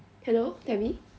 hello tabby